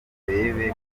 barebe